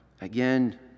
again